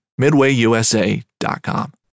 MidwayUSA.com